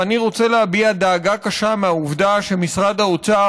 ואני רוצה להביע דאגה קשה מהעובדה שמשרד האוצר